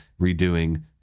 redoing